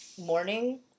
morning